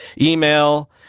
email